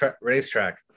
racetrack